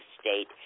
State